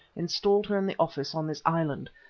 installed her in the office on this island,